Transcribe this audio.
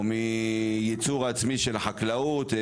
או מייצור עצמי של החקלאות,